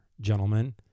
gentlemen